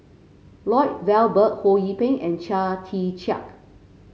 Lloyd Valberg Ho Yee Ping and Chia Tee Chiak